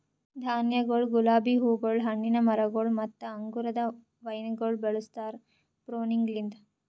ಧಾನ್ಯಗೊಳ್, ಗುಲಾಬಿ ಹೂಗೊಳ್, ಹಣ್ಣಿನ ಮರಗೊಳ್ ಮತ್ತ ಅಂಗುರದ ವೈನಗೊಳ್ ಬೆಳುಸ್ತಾರ್ ಪ್ರೂನಿಂಗಲಿಂತ್